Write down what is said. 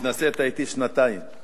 התנסית אתי שנתיים.